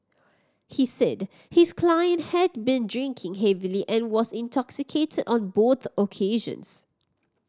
he said his client had been drinking heavily and was intoxicated on both occasions